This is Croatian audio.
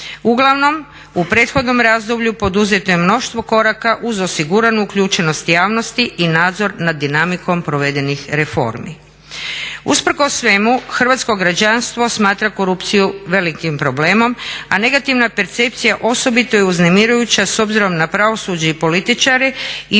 Uglavnom u prethodnom razdoblju poduzeto je mnoštvo koraka uz osiguranu uključenost javnosti i nadzor nad dinamikom provedenih reformi. Usprkos svemu hrvatsko građanstvo smatra korupciju velikim problemom, a negativna percepcija osobito je uznemirujuća s obzirom na pravosuđe i političare i usprkos